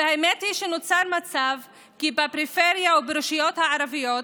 והאמת היא שנוצר מצב שבפריפריה וברשויות הערביות,